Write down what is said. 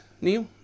Neil